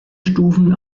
stufen